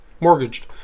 mortgaged